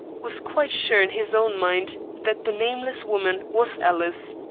was quite sure in his own mind that the nameless woman was alice,